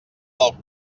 del